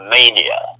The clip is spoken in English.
Mania